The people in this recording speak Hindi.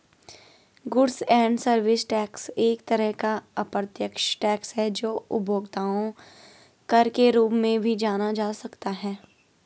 गुड्स एंड सर्विस टैक्स एक तरह का अप्रत्यक्ष टैक्स है जो उपभोक्ता कर के रूप में भी जाना जा सकता है